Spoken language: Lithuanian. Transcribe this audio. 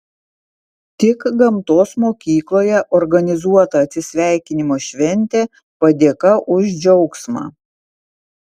tik gamtos mokykloje organizuota atsisveikinimo šventė padėka už džiaugsmą